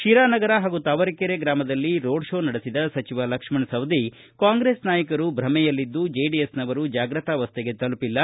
ಶಿರಾ ನಗರ ಹಾಗೂ ತಾವರೆಕೆರೆ ಗ್ರಾಮದಲ್ಲಿ ರೋಡ್ ಕೋ ನಡೆಸಿದ ಸಚಿವ ಲಕ್ಷ್ಮಣ ಸವದಿ ಕಾಂಗ್ರೆಸ್ ನಾಯಕರು ಭ್ರಮೆಯಲ್ಲಿದ್ದು ಜೆಡಿಎಸ್ನವರು ಜಾಗ್ರತಾವಸ್ಥೆಗೆ ತಲುಪಿಲ್ಲ